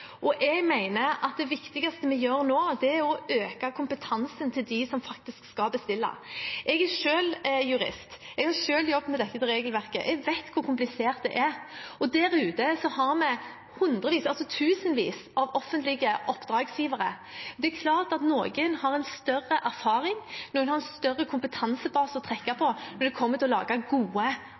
Jeg mener at det viktigste vi gjør nå, er å øke kompetansen til dem som faktisk skal bestille. Jeg er selv jurist. Jeg har selv jobbet med dette regelverket. Jeg vet hvor komplisert det er, og der ute har vi tusenvis av offentlige oppdragsgivere. Det er klart at noen har mer erfaring, og noen har en større kompetansebase å trekke på når det gjelder å lage gode